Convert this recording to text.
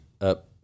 up